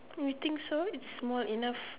we think so it's small enough